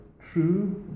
true